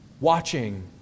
watching